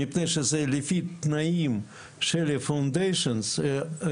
מפני שזה לפי תנאים של הקרנות מהאקדמיה,